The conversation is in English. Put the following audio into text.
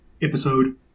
episode